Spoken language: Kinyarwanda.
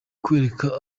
kwereka